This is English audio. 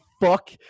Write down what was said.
fuck